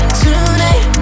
tonight